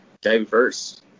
diverse